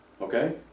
Okay